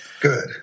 Good